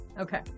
Okay